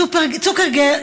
צופר, צוקרגר,